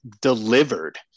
delivered